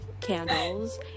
candles